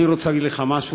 אני רוצה להגיד לך משהו,